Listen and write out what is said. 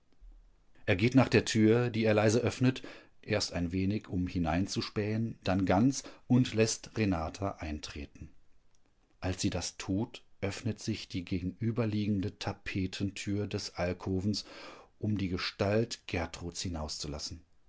er geht nach der tür die er leise öffnet erst ein wenig um hineinzuspähen dann ganz und läßt renata eintreten als sie das tut öffnet sich die gegenüberliegende tapetentür des alkovens um die gestalt gertruds hinauszulassen